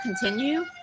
continue